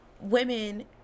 women